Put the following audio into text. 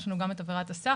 יש לנו גם את עבירת הסחר,